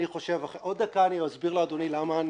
בעוד דקה אני אסביר לאדוני למה אני